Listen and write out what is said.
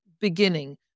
beginning